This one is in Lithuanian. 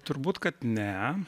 turbūt kad ne